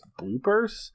bloopers